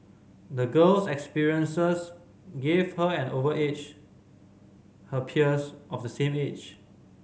the girl's experiences gave her an over edge her peers of the same age